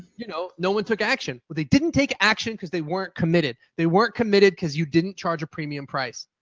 you know, no one took action. but they didn't take action because they weren't committed! they weren't committed because you didn't charge a premium price.